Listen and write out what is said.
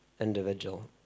individual